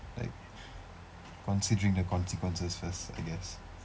like considering the consequences first I guess